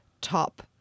top